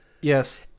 Yes